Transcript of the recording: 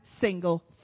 single